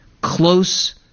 close